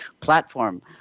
platform